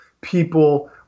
people